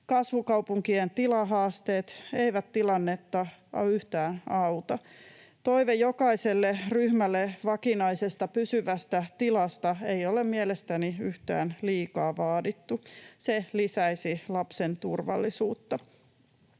kasvukaupunkien tilahaasteet eivät tilannetta yhtään auta. Toive jokaiselle ryhmälle vakinaisesta, pysyvästä tilasta ei ole mielestäni yhtään liikaa vaadittu. Se lisäisi lapsen turvallisuutta.